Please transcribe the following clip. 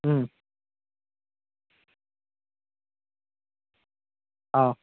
অঁ